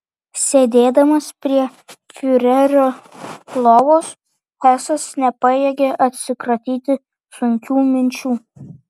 sėdėdamas prie fiurerio lovos hesas nepajėgė atsikratyti sunkių minčių